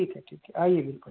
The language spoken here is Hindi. ठीक है ठीक है आइए बिल्कुल